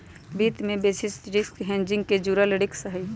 वित्त में basis risk hedging से जुड़ल रिस्क हहई